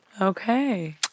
Okay